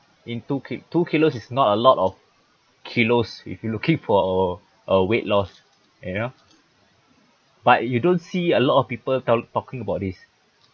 and two two kilos is not a lot of kilos if you're looking for a weight loss and you know but you don't see a lot of people tell talking about this